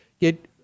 get